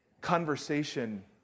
Conversation